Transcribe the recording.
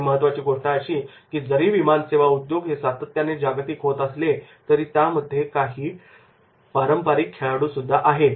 आणि महत्त्वाची गोष्ट अशी की जरी विमान सेवा उद्योग हे सातत्याने जागतिक होत असले तरी त्यामध्ये काही पारंपारिक खेळाडू सुद्धा आहेत